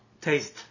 taste